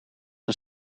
een